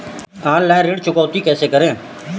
Online ऋण चुकौती कैसे करें?